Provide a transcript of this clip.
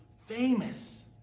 famous